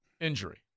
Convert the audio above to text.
injury